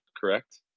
correct